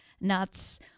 nuts